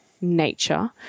nature